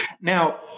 Now